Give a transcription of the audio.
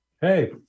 Hey